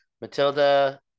Matilda